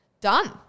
Done